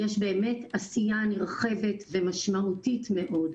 יש באמת עשייה נרחבת ומשמעותית מאוד.